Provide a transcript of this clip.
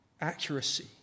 accuracy